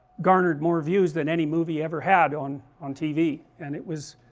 garnered more views than any movie ever had on on tv, and it was